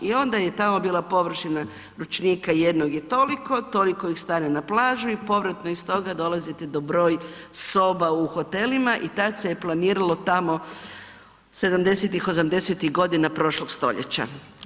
I onda je tamo bila površina ručnika jednog je toliko, toliko ih stane na plažu i povratno iz toga dolazite do broj soba u hotelima i tad se je planiralo tamo '70.-tih, '80.-tih godina prošlog stoljeća.